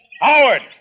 Howard